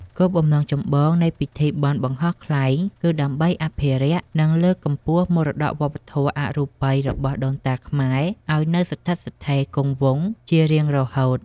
គោលបំណងចម្បងនៃពិធីបុណ្យបង្ហោះខ្លែងគឺដើម្បីអភិរក្ស និងលើកកម្ពស់មរតកវប្បធម៌អរូបីរបស់ដូនតាខ្មែរឱ្យនៅស្ថិតស្ថេរគង់វង្សជារៀងរហូត។